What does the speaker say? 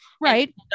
Right